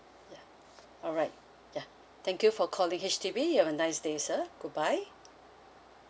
ya alright ya thank you for calling H_D_B you have a nice day sir goodbye